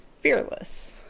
fearless